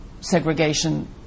segregation